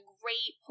great